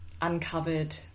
uncovered